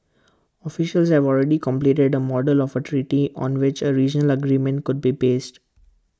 officials have already completed A model of A treaty on which A regional agreement could be based